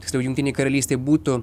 tiksliau jungtinei karalystei būtų